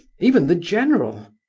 even the general.